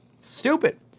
Stupid